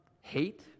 hate